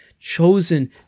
chosen